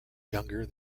younger